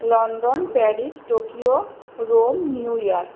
London Paris Tokyo Rome New York